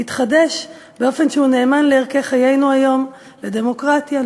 תתחדש באופן שהוא נאמן לערכי חיינו היום: לדמוקרטיה,